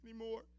anymore